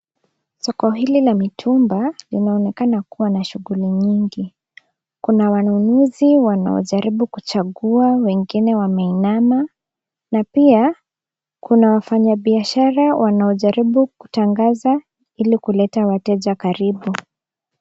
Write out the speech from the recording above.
Soko hili la mitumba linaonekana kuwa na shughuli nyingi. Kuna wanunuzi wanaojaribu kuchagua wengine wameinama na pia kuna wafanyabiashara wanaojaribu kutangaza ili kuleta wateja karibu.